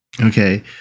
Okay